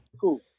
Cool